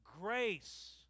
grace